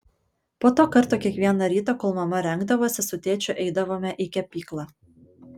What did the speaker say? po to karto kiekvieną rytą kol mama rengdavosi su tėčiu eidavome į kepyklą